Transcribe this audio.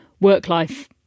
work-life